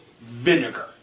vinegar